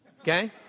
okay